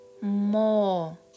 More